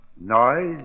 Noise